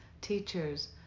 teachers